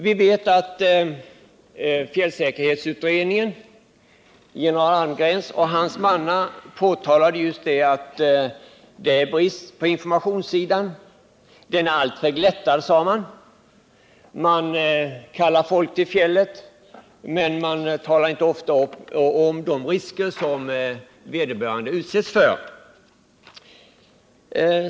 Vi vet att fjällsäkerhetsutredningen — general Almgren och hans mannar — påtalade bristerna i informationen och sade att den är alltför glättad — man lockar människor till fjällen, men man talar sällan om vilka risker de kan utsättas för.